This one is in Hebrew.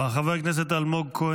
חבר הכנסת אלמוג כהן,